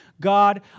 God